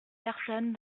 personnes